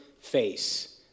face